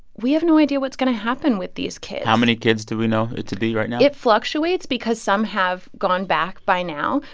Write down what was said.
we have no idea what's going to happen with these kids how many kids do we know it to be right now? it fluctuates because some have gone back by now.